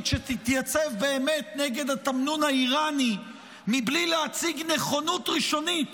שתתייצב באמת נגד התמנון האיראני בלי להציג נכונות ראשונית